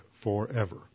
forever